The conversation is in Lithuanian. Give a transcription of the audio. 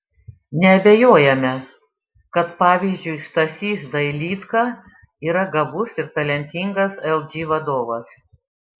neabejojame kad pavyzdžiui stasys dailydka yra gabus ir talentingas lg vadovas